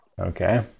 Okay